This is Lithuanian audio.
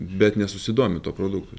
bet nesusidomi tuo produktu